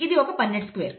ఇది ఒక Punnett square